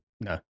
no